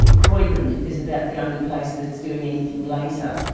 croydon is about the only place that's doing anything later.